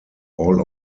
all